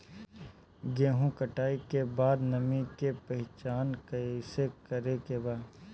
गेहूं कटाई के बाद नमी के पहचान कैसे करेके बा?